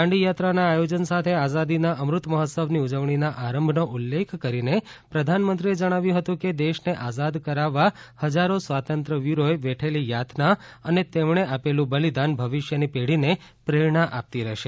દાંડીયાત્રાના આયોજન સાથે આઝાદીના અમૃત મહોત્સવની ઉજવણીના આરંભનો ઉલ્લેખ કરીને પ્રધાનમંત્રીએ જણાવ્યું હતું કે દેશને આઝાદ કરાવવા હજ્જારો સ્વાતંત્ર્યવીરોએ વેઠેલી યાતના અને તેમણે આપેલું બલિદાન ભવિષ્યની પેઢીને પ્રેરણા આપતી રહેશે